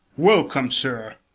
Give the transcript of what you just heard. welcome, sir.